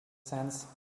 sense